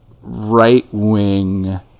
right-wing